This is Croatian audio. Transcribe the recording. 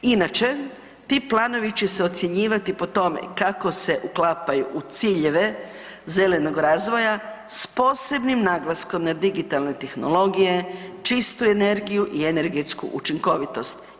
Inače ti planovi će se ocjenjivati po tome kako se uklapaju u ciljeve zelenog razvoja s posebnim naglaskom na digitalne tehnologije, čistu energiju i energetsku učinkovitost.